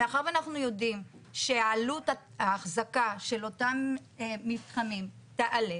מאחר ואנחנו יודעים שעלות האחזקה של אותם מתחמים תעלה,